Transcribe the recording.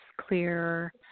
clear